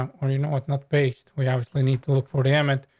um or you know what's not based. we obviously need to look for damage.